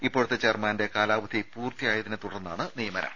ഇപ്പോഴത്തെ ചെയർമാന്റെ കാലാവധി പൂർത്തിയായതിനെ തുടർന്നാണ് നിയമനം